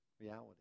reality